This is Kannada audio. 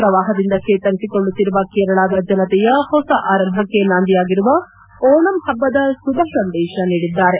ಪ್ರವಾಪದಿಂದ ಚೇತರಿಸಿಕೊಳ್ಳುತ್ತಿರುವ ಕೇರಳದ ಜನತೆಯ ಹೊಸ ಆರಂಭಕ್ಕೆ ನಾಂದಿಯಾಗಿರುವ ಓಣಂ ಪಬ್ಬದ ಶುಭ ಸಂದೇಶ ನೀಡಿದ್ದಾರೆ